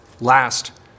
Last